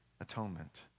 atonement